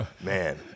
man